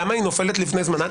למה היא נופלת לפני זמנה?